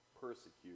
persecute